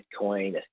Bitcoin